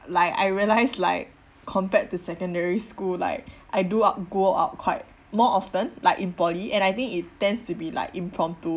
like I realise like compared to secondary school like I do out go out quite more often like in poly and I think it tends to be like impromptus